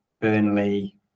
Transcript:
Burnley